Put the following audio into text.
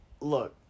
look